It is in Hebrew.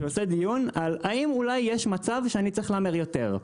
שעורך דיון האם יש מצב שהוא צריך להמר יותר.